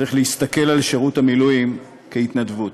צריך להסתכל על שירות המילואים כהתנדבות,